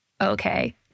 okay